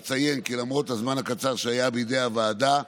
אציין כי למרות הזמן הקצר שהיה בידי הוועדה,